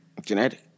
Genetic